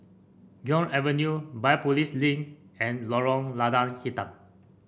Guok Avenue Biopolis Link and Lorong Lada Hitam